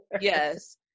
yes